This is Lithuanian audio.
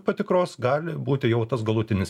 patikros gali būti jau tas galutinis